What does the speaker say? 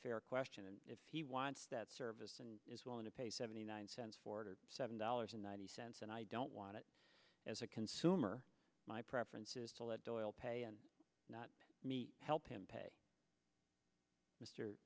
fair question and if he wants that service and is willing to pay seventy nine cents for the seven dollars ninety cents and i don't want it as a consumer my preference is to let doyle pay and not meet help him pay mr